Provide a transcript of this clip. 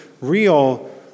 real